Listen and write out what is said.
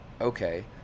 okay